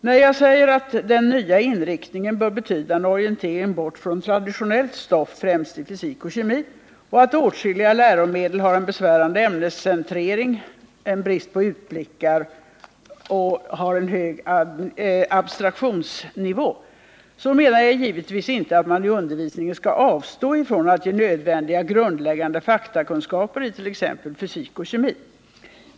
När jag säger att den nya inriktningen bör betyda en orientering bort från traditionellt stoff, främst i fysik och kemi, och att åtskilliga läromedel har en besvärande ämnescentrering, brist på utblickar och en hög abstraktionsnivå menar jag givetvis inte att man i undervisningen skall avstå från att ge nödvändiga grundläggande faktakunskaper i t.ex. fysik och kemi.